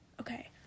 Okay